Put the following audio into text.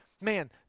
man